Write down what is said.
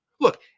Look